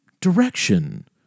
direction